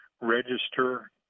Register